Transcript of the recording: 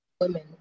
Women